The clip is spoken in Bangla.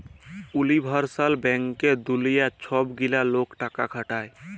উলিভার্সাল ব্যাংকে দুলিয়ার ছব গিলা লক টাকা খাটায়